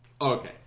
Okay